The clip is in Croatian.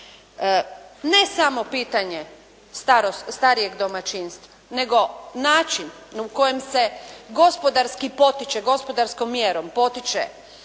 Ne samo pitanje starijeg domaćinstva nego način u kojem se gospodarski potiče, gospodarskom mjerom potiče